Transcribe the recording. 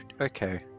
Okay